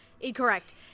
Incorrect